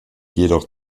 jedoch